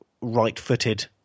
right-footed